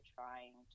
trying